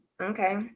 okay